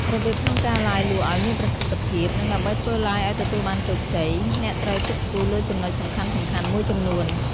របៀបក្នុងការ Live លក់ឲ្យមានប្រសិទ្ធភាព និងដើម្បីធ្វើ Live ឲ្យទទួលបានជោគជ័យ អ្នកត្រូវគិតគូរលើចំណុចសំខាន់ៗមួយចំនួន។